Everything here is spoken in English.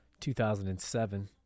2007